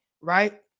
right